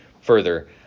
further